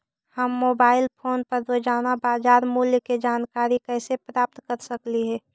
हम mobile phone पर रोजाना बाजार मूल्य के जानकारी कैसे प्राप्त कर सकली हे?